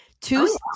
Two